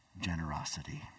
generosity